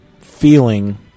feeling